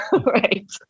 Right